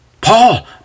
Paul